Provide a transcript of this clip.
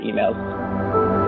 emails